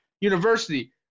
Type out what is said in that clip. university